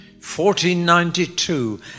1492